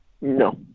No